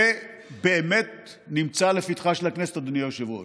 זה באמת נמצא לפתחה של הכנסת, אדוני היושב-ראש.